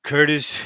Curtis